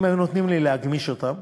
אם היו נותנים לי להגמיש אותם,